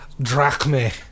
drachme